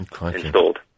installed